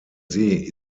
see